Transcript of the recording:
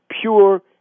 pure